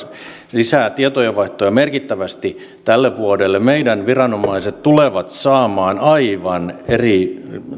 lisää tietojenvaihtoa merkittävästi tälle vuodelle meidän viranomaiset tulevat saamaan aivan eri